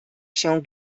się